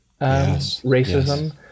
racism